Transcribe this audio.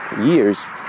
Years